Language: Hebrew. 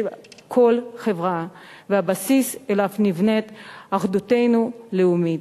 כל חברה והבסיס שעליו נבנית אחדותנו הלאומית.